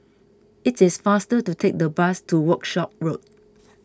it is faster to take the bus to Workshop Road